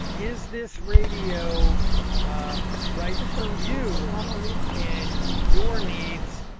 is this radio right for you and your needs,